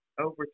over